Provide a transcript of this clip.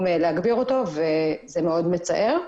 להגביר אותו וזה מאוד מצער.